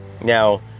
Now